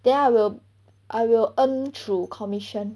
then I will I will earn through commission